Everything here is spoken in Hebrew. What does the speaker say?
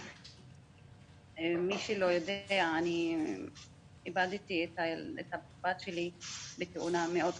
מי שלא יודע, איבדתי את הבת שלי בתאונה מאוד קשה,